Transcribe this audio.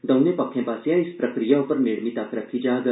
दौनें पक्खें पास्सेआ इस प्रक्रिया उप्पर नेडमी तक्क रक्खी जाग